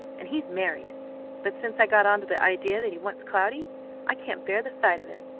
and he's married but since i got onto the idea that he wants cloudy i can't bear the sight of him.